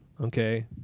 okay